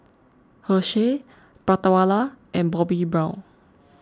Herschel Prata Wala and Bobbi Brown